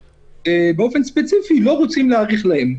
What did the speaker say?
באופן ספציפי לא רוצים להאריך להם.